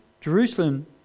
Jerusalem